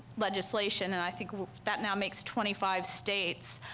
legislation, and i think that now makes twenty five states.